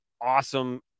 awesome